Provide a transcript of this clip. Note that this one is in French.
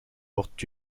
portent